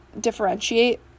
differentiate